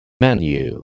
Menu